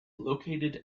located